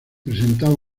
presentaba